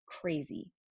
crazy